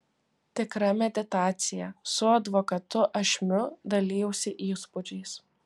tikra meditacija su advokatu ašmiu dalijausi įspūdžiais